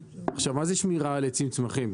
עכשיו, מה זה שמירה על עצים וצמחים?